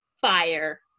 fire